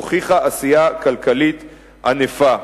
הוכיחה עשייה כלכלית ענפה.